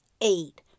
eight